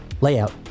layout